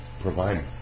providing